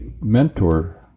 mentor